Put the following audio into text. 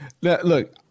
look